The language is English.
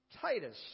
Titus